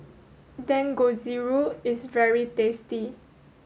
Dangojiru is very tasty